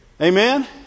Amen